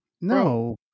No